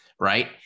Right